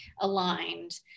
aligned